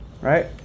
Right